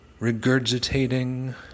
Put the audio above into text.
regurgitating